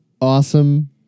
awesome